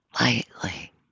Lightly